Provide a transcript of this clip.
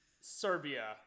Serbia